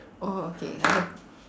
oh okay